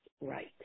right